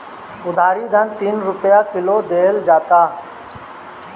अउरी धान तीन रुपिया किलो देहल जाता